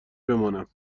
بمانم